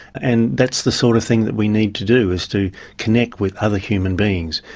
and that's the sort of thing that we need to do, is to connect with other human beings,